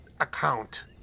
account